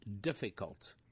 difficult